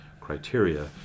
criteria